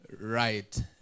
right